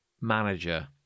manager